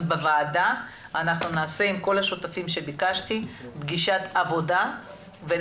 בוועדה נעשה פגישת עבודה עם כל השותפים שביקשתי,